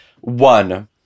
one